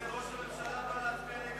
הנה ראש הממשלה בא להצביע נגד